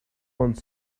one